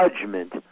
Judgment